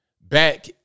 back